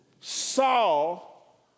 Saul